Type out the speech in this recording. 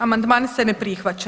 Amandman se ne prihvaća.